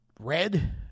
Red